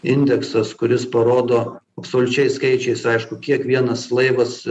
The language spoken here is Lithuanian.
indeksas kuris parodo absoliučiais skaičiais aišku kiek vienas laivas